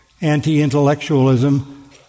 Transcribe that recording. anti-intellectualism